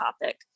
topic